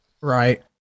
right